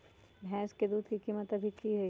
भैंस के दूध के कीमत अभी की हई?